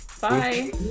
Bye